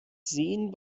sehen